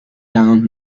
down